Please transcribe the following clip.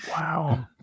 Wow